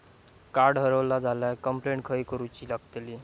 Card हरवला झाल्या complaint खय करूची लागतली?